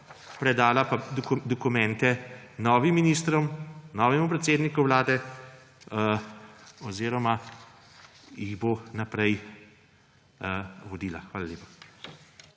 predala pa dokumente novim ministrom, novemu predsedniku vlade oziroma jih bo naprej vodila. Hvala lepa.